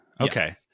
okay